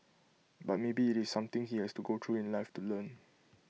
but maybe IT is something he has to go through in life to learn